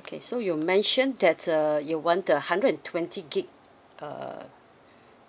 okay so you mentioned that uh you want the hundred and twenty gig uh